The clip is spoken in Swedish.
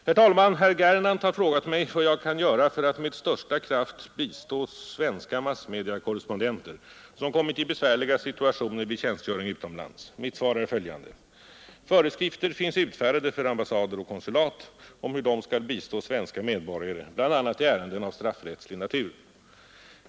Herr talman! Herr Gernandt har frågat mig vad jag kan göra för att med största kraft bistå svenska massmediakorrespondenter som kommit i besvärliga situationer vid tjänstgöring utomlands. Mitt svar är följande. Föreskrifter finns utfärdade för ambassader och konsulat om hur de skall bistå svenska medborgare bl, a. i ärenden av straffrättslig natur.